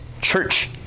church